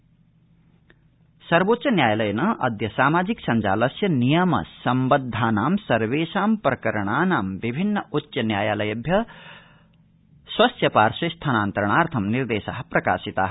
उच्चतमन्यायालय सामाजिक संजालम् उच्चतम न्यायालयेनाद्य सामाजिक संजालस्य नियमन सम्बद्धानां सर्वेषां प्रकरणानां विभिन्न उच्च न्यायालयेभ्य स्वस्य पास्त्वे स्थानान्तरणार्थं निर्देशा प्रकाशिता